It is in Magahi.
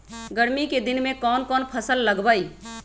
गर्मी के दिन में कौन कौन फसल लगबई?